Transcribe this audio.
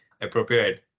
appropriate